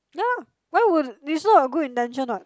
ya why would it's not a good intention [what]